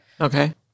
okay